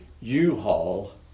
u-haul